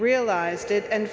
realized it and